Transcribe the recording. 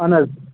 اَہَن حظ